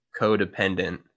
codependent